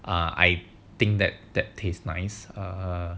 I think that that taste nice err